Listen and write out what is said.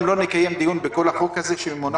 אז היום לא נקיים דיון בכל החוק שמונח לפנינו?